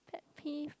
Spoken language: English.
pet peeve